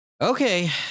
Okay